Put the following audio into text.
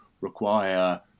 require